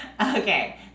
okay